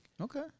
Okay